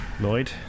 Lloyd